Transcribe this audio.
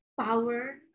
power